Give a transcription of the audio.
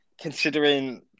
Considering